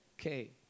Okay